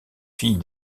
fille